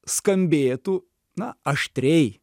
skambėtų na aštriai